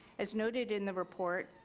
as noted in the report,